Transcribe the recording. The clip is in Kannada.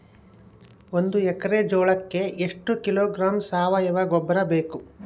ಒಂದು ಎಕ್ಕರೆ ಜೋಳಕ್ಕೆ ಎಷ್ಟು ಕಿಲೋಗ್ರಾಂ ಸಾವಯುವ ಗೊಬ್ಬರ ಬೇಕು?